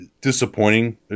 disappointing